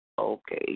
Okay